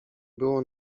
było